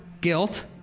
guilt